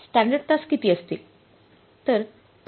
standard तास किती असतील